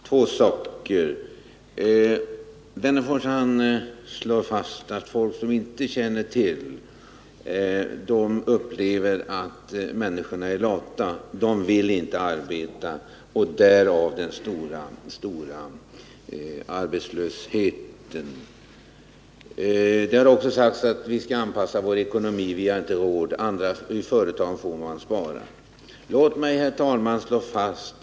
Herr talman! Alf Wennerfors slår fast att folk som inte känner till förhållandena tror att människorna är lata, att de inte vill arbeta och att den stora arbetslösheten beror på detta. Det har också sagts att vi skall anpassa vår ekonomi. Vi har inte råd. Företagen får lov att spara.